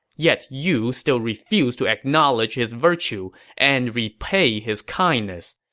yet, you still refuse to acknowledge his virtue and repay his kindness.